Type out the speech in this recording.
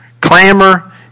clamor